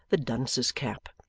the dunce's cap,